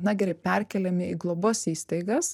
na gerai perkeliami į globos įstaigas